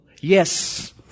yes